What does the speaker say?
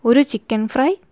ഒരു chicken fry